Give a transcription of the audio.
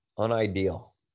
Unideal